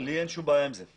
אין לי שום בעיה עם זה.